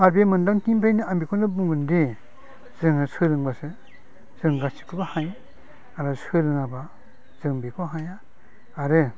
आर बे मोनदांथिनिफ्रायनो आं बेखौनो बुंगोनदि जोङो सोलोंब्लासो जों गासिखौबो हायो आरो सोलोङाब्ला जों बेखौ हाया आरो